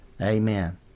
Amen